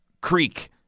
creek